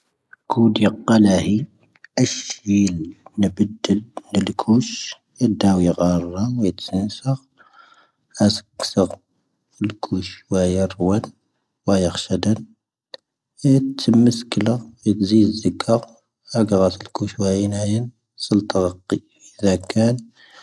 ⴽoⵓⴷⵢⴰ ⵇⴰⵍⴰⵀⵉ ⴰⵙⵀⴻⴻⵍ ⵏⴰⴱⵉⴷⴷⴻⵍ ⵏⴰⵍ ⴽoⵙⵀ. ⵉⴷⴰⵡ ⵢⵉ ⴰⵔⴰⵏ, ⵉⵜⵣⵉⵏⵙⴰⴽ ⴰⵙⴽⵙⴰⴽ. ⵍⴽoⵙⵀ ⵡⴰⵉⵔ ⵡⴰⴷ, ⵡⴰⵢⴰⴽⵙⵀⴰⴷⴰⵏ. ⵉⵜⵣⵉⵎ ⵎⵉⵙⴽⵉⵍⴰ, ⵉⴷⵣⵉⵣ ⵣⵉⴽⴰⵔ. ⴰⴳⴰⵔⴰⵙ ⵍⴽoⵙⵀ ⵡⴰⵉⵏ ⴰⵢⴻⵏ. ⵙⵓⵍⵜⴰⵔ ⵇⵉ ⵡⵉⵣⴰ ⴽⴰⵏ.